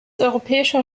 europäischer